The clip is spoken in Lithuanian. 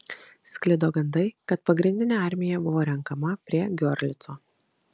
sklido gandai kad pagrindinė armija buvo renkama prie giorlico